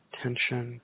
tension